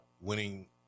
winning